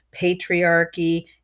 patriarchy